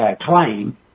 claim